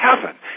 heaven